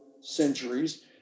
centuries